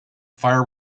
fire